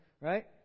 right